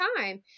time